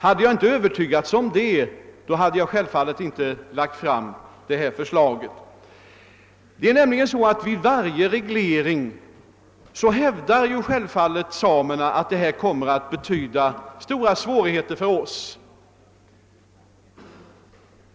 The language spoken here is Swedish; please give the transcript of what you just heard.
Hade jag inte övertygats om den saken, skulle jag självfallet inte ha lagt fram detta förslag. Vid varje reglering hävdar samerna naturligt nog, att regleringen kommer att medföra stora svårigheter för dem.